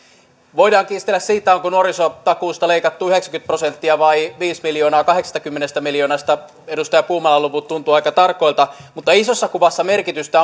voidaan kiistellä siitä onko nuorisotakuusta leikattu yhdeksänkymmentä prosenttia vai viisi miljoonaa kahdeksastakymmenestä miljoonasta edustaja puumalan luvut tuntuvat aika tarkoilta mutta isossa kuvassa merkitystä